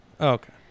okay